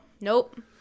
Nope